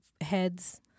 heads